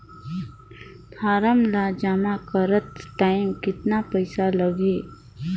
Form ला जमा करत टाइम कतना पइसा लगही?